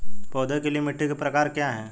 पौधों के लिए मिट्टी के प्रकार क्या हैं?